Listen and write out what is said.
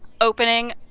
opening